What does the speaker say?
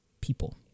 people